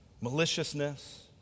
Maliciousness